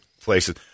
places